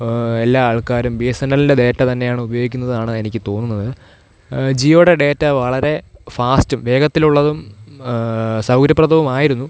എല്ലാ ആൾക്കാരും B S N എൽൻ്റെ ഡേറ്റ തന്നെയാണുപയോഗിക്കുന്നതാണ് എനിക്ക് തോന്നുന്നത് ജിയോടെ ഡേറ്റ വളരെ ഫാസ്റ്റും വേഗത്തിലുള്ളതും സൗകര്യപ്രദവുമായിരുന്നു